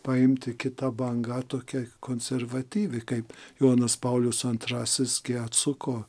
paimti kita banga tokia konservatyvi kaip jonas paulius antrasis kai atsuko